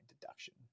deduction